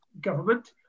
Government